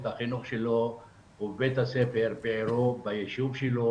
החינוך שלו ובית הספר ובבית הספר ביישוב שלו,